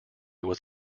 was